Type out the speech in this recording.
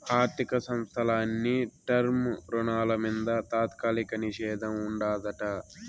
ఆర్థిక సంస్థల అన్ని టర్మ్ రుణాల మింద తాత్కాలిక నిషేధం ఉండాదట